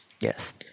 Yes